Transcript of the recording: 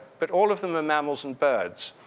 but all of them are mammals and birds.